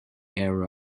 era